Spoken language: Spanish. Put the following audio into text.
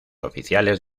oficiales